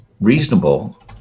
reasonable